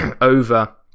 over